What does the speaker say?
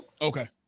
Okay